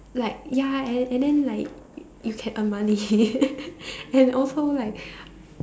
like ya and and then like you can earn money and also like